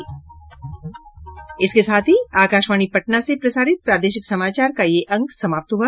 इसके साथ ही आकाशवाणी पटना से प्रसारित प्रादेशिक समाचार का ये अंक समाप्त हुआ